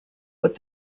but